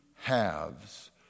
halves